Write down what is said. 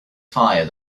fire